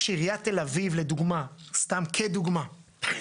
סתם כדוגמא,